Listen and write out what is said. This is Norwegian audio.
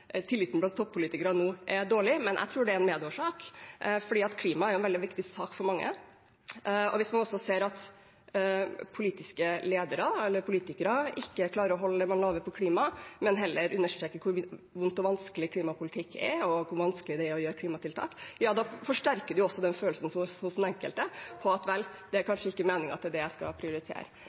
tilliten til toppolitikerne er dårlig, men jeg tror det er en medårsak, for klima er en veldig viktig sak for mange. Hvis man ser at politiske ledere eller andre politikere ikke klarer å holde det de lover når det gjelder klima, men heller understreker hvor vondt og vanskelig klimapolitikk er, og hvor vanskelig det er å sette i verk klimatiltak, forsterker de også følelsen hos den enkelte av at – vel, det er kanskje ikke meningen at det er det jeg skal prioritere.